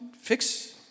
fix